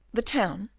the town,